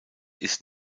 ist